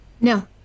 No